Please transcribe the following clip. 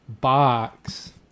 box